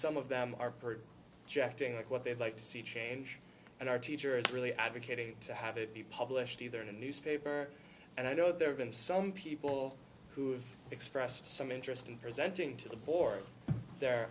some of them are pert jack to what they'd like to see change and our teacher is really advocating to have it be published either in a newspaper and i know there have been some people who have expressed some interest in presenting to the for their